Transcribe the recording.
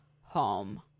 home